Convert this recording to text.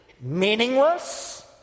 meaningless